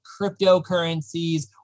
cryptocurrencies